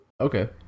Okay